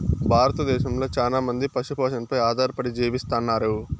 భారతదేశంలో చానా మంది పశు పోషణపై ఆధారపడి జీవిస్తన్నారు